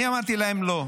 אני אמרתי להם לא.